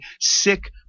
sick